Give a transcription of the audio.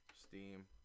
Steam